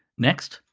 next,